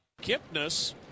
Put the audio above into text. Kipnis